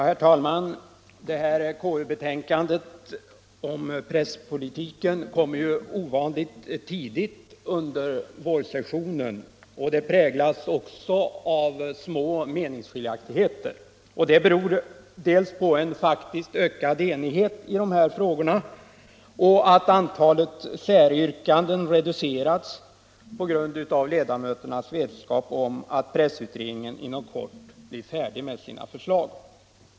Herr talman! Konstitutionsutskottets betänkande om presspolitiken kommer ovanligt tidigt under vårsessionen, och det präglas av små meningsskiljaktigheter. Detta beror dels på en faktisk ökad enighet i dessa frågor, dels på att antalet säryrkanden har reducerats, vilket i sin tur beror på ledamöternas vetskap om att pressutredningen inom kort blir färdig med sina förslag.